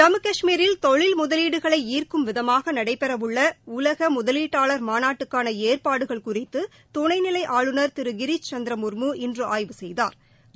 ஜம்மு கஷ்மீரில் தொழில் முதலீடுகளை ஈர்க்கும் விதமாக நடைபெறவுள்ள உலக முதலீட்டாளர் மாநாட்டுக்கான ஏற்பாடுகள் குறித்து துணைநிலை ஆளுநர் திரு கிரிஸ் சந்திர முன்மு இன்று ஆய்வு செய்தாா்